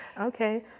okay